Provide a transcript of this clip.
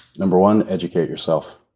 number one, educate yourself.